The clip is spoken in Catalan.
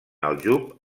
aljub